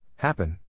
Happen